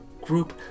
group